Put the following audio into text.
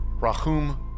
Rahum